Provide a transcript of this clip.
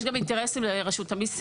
יש גם אינטרסים לרשות המיסים.